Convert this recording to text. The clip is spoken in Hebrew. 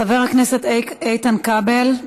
חבר הכנסת איתן כבל,